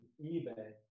eBay